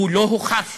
הוא לא הוכחש